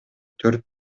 төрт